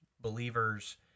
believers